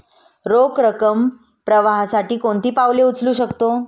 रोख रकम प्रवाहासाठी कोणती पावले उचलू शकतो?